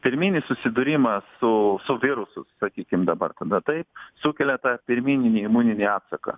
pirminis susidūrimas su su virusu sakykim dabar tada taip sukelia tą pirmininį imuninį atsaką